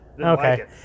Okay